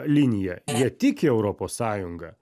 linija jie tiki europos sąjunga